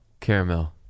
Caramel